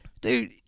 dude